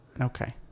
okay